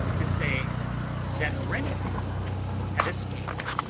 to say that renfield had escaped.